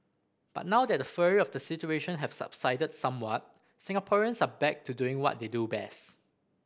but now that the fury of the situation have subsided somewhat Singaporeans are back to doing what they do best